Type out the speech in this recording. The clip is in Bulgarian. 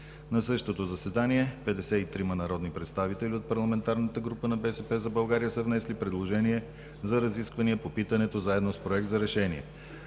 На същото заседание 53-ма народни представители от парламентарната група на „БСП за България“ са внесли предложения за разисквания по питането заедно с Проект за решение.